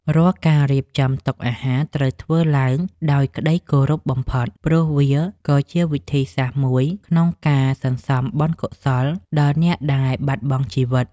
រាល់ការរៀបចំតុអាហារត្រូវធ្វើឡើងដោយក្ដីគោរពបំផុត ព្រោះ វាក៏ជាវិធីសាស្ត្រមួយក្នុងការសន្សំបុណ្យកុសលដល់អ្នកដែលបាត់បង់ជីវិត។